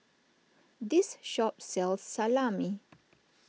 this shop sells Salami